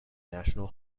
national